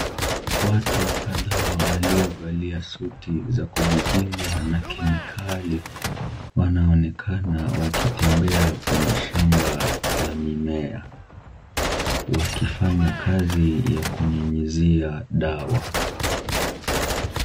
Watu kadhaa waliovalia suti za kujikinga na kemikali wanaonekana wakitembea kwenye shamba la mimea wakifanya kazi ya kunyunyizia dawa .